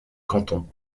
canton